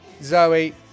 zoe